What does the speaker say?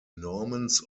normans